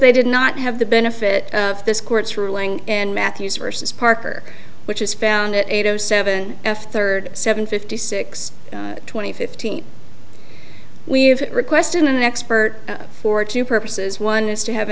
they did not have the benefit of this court's ruling and matthews versus parker which is found at eight o seven f third seven fifty six twenty fifteen we've requested an expert for two purposes one is to have